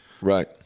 Right